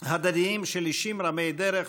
הדדיים של אישים רמי-דרג,